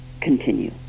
continue